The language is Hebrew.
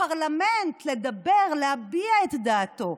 לפרלמנט, לדבר, להביע את דעתו.